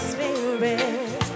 Spirit